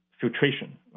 filtration